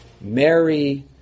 Mary